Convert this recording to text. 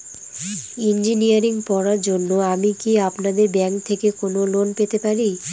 Engineering পড়ার জন্য আমি কি আপনাদের ব্যাঙ্ক থেকে কোন লোন পেতে পারি?